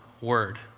word